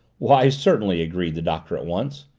why, certainly, agreed the doctor at once.